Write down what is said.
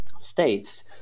states